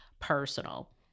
personal